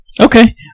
okay